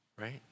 right